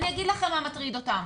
אני אגיד לכם מה מטריד אותם.